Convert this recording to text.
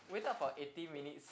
we talk for eighty minutes